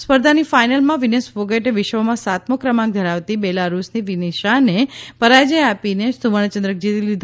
સ્પર્ધાની ફાઈનલમાં વિનેશ ફોગટે વિશ્વમાં સાતમો ક્રમાંક ધરાવતી બેલારૂસની વેનિશાને પરાજય આપીને સુવર્ણચંદ્રક જીતી લીધો છે